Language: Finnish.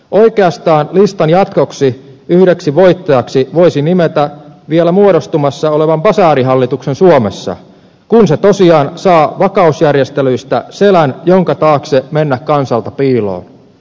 oikeastaan listan jatkoksi yhdeksi voittajaksi voisi nimetä vielä muodostumassa olevan basaarihallituksen suomessa kun se tosiaan saa vakausjärjestelyistä selän jonka taakse mennä kansalta piiloon